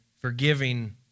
forgiving